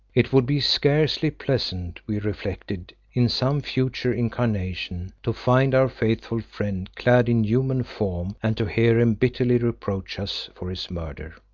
it would be scarcely pleasant, we reflected, in some future incarnation, to find our faithful friend clad in human form and to hear him bitterly reproach us for his murder.